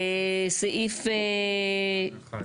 סעיף (18)